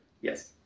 Yes